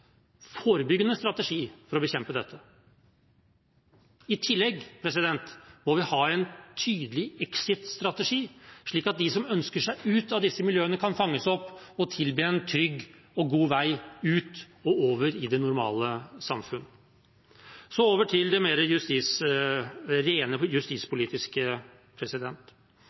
forebyggende strategi for å bekjempe dette. Og vi må ha en tydelig exit-strategi, slik at de som ønsker seg ut av disse miljøene, kan fanges opp og tilbys en trygg og god vei ut og over i det normale samfunn. Så over til det